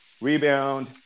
rebound